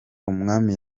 umwami